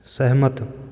ਸਹਿਮਤ